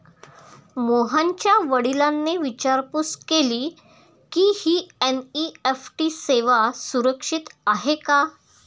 मोहनच्या वडिलांनी विचारपूस केली की, ही एन.ई.एफ.टी सेवा सुरक्षित आहे का?